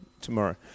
tomorrow